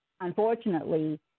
unfortunately